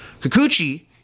Kikuchi